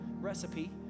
recipe